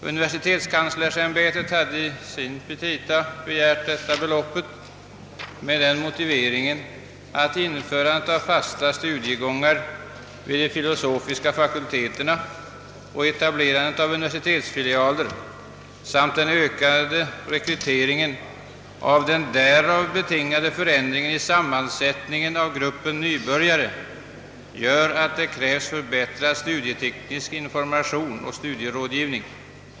Universitetskanslersämbetet hade i sina petita begärt detta belopp med motiveringen att införandet av fasta studiegångar vid de filosofiska fakulteterna och etablerandet av universitetsfilialer samt den ökade rekryteringen och den därav betingade förändringen i sammansättningen av gruppen nybörjare gör att det krävs förbättrad studieteknisk information och studierådgivning.